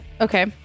Okay